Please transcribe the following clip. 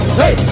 hey